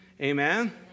Amen